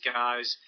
guys